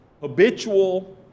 habitual